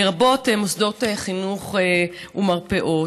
לרבות מוסדות חינוך או מרפאות.